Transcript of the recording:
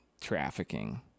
trafficking